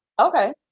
Okay